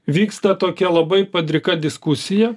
vyksta tokia labai padrika diskusija